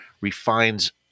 refines